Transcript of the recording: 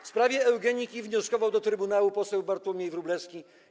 W sprawie eugeniki wnioskował do trybunału poseł Bartłomiej Wróblewski.